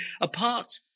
apart